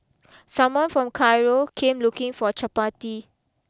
someone from Cairo came looking for Chappati